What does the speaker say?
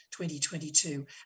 2022